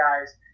guys